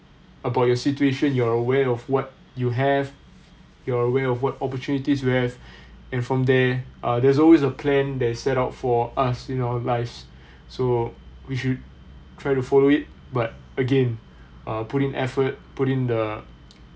about your situation you are aware of what you have you are aware of what opportunities you have and from there uh there's always a plan that's set up for us in our lives so we should try to follow it but again uh put in effort put in the